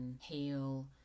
heal